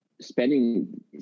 spending